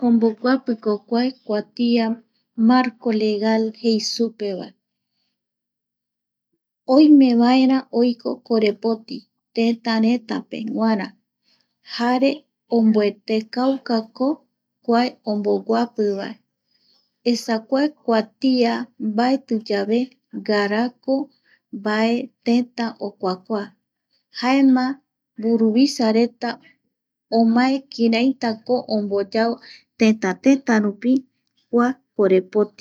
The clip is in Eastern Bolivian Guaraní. Omboguapi ko kua marco legal jei supe va, oime vaera oike korepoti tetara reta peguara, jare omboetekata ko jokua omboguapi va, esa kuae kuatia mbaeti yave ngarako mbae teta okuakua jaema mburuvisareta omae kiraitako omboyao tetatetarupi kua korepoti